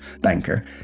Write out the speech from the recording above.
banker